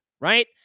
right